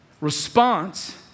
response